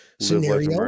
scenario